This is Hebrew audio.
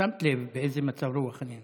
שמת לב באיזה מצב רוח אני נמצא.